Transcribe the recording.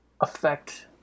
affect